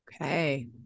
Okay